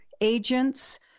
agents